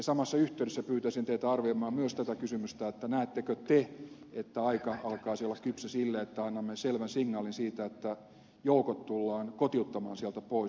samassa yhteydessä pyytäisin teitä arvioimaan myös tätä kysymystä näettekö te että aika alkaisi olla kypsä sille että annamme selvän signaalin siitä että joukot tullaan kotiuttamaan sieltä pois